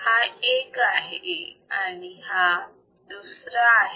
हा एक आहे आणि हा दुसरा आहे